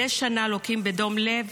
מדי שנה לוקים בדום לב